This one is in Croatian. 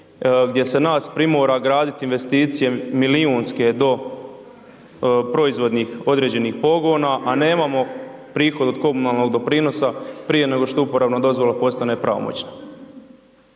gdje se nas primora graditi investicije milijunske do proizvodnih određenih pogona, a nemamo prihod od komunalnog doprinos a prije nego što uporabna dozvola postane pravomoćna.